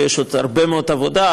ויש עוד הרבה מאוד עבודה,